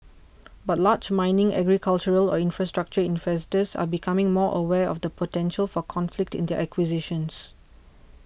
but large mining agricultural or infrastructure investors are becoming more aware of the potential for conflict in their acquisitions